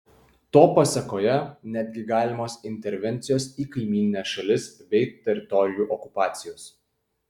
to pasėkoje netgi galimos intervencijos į kaimynines šalis bei teritorijų okupacijos